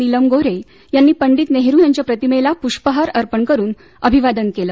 नीलम गोन्हे यांनी पंडित नेहरू यांच्या प्रतिमेला पुष्पहार अर्पण करुन अभिवादन केलं